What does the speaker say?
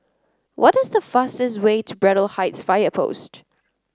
what is the fastest way to Braddell Heights Fire Post